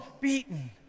beaten